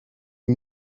you